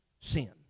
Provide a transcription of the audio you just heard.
sin